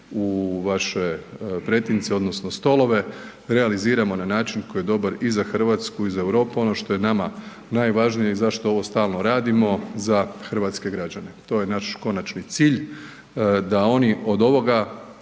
u vaše pretince odnosno stolove, realiziramo na način koji je dobar i za Hrvatsku i za Europu. A ono što je nama najvažnije i zašto ovo stalno radimo za hrvatske građane. To je naš konačni cilj da oni od ovoga